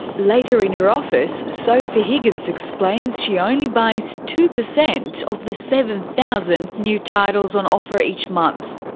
later in her office, sophie higgins explains she only buys two percent of the seven thousand new titles on offer each month.